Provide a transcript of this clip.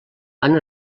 han